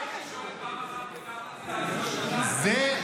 משה --- הוא מציג את עמדתו.